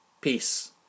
Peace